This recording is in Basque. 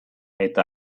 eta